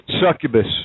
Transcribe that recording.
Succubus